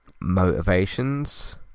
motivations